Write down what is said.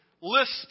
list